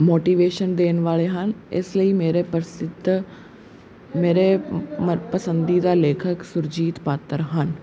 motivation ਦੇਣ ਵਾਲੇ ਹਨ ਇਸ ਲਈ ਮੇਰੇ ਪ੍ਰਸਿੱਧ ਮੇਰੇ ਮ ਪਸੰਦੀਦਾ ਲੇਖਕ ਸੁਰਜੀਤ ਪਾਤਰ ਹਨ